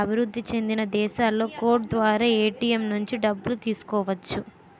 అభివృద్ధి చెందిన దేశాలలో కోడ్ ద్వారా ఏటీఎం నుంచి డబ్బులు తీసుకోవచ్చు